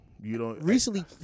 Recently